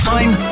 Time